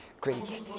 great